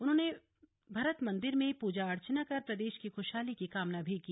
उन्होंने भरत मन्दिर में पूजा अर्चना कर प्रदेश की खुशहाली की कामना भी की